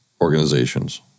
organizations